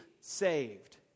saved